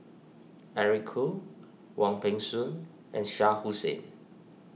Eric Khoo Wong Peng Soon and Shah Hussain